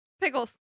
Pickles